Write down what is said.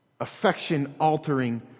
affection-altering